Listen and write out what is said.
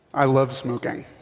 i love smoking